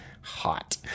hot